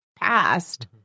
past